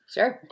Sure